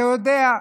אתה יודע,